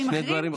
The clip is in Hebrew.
שני דברים אחרים.